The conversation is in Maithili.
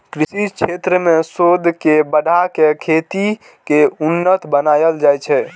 कृषि क्षेत्र मे शोध के बढ़ा कें खेती कें उन्नत बनाएल जाइ छै